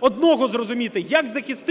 одного не може зрозуміти: як захистити